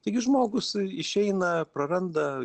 taigi žmogus išeina praranda